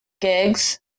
gigs